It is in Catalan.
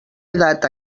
edat